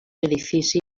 edifici